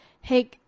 hey